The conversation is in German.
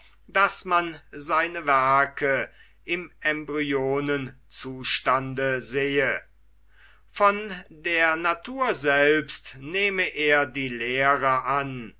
daß man seine werke im embryonenzustande sehe von der natur selbst nehme er die lehre an